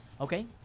okay